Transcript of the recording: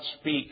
speak